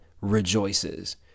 rejoices